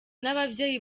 n’ababyeyi